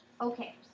Okay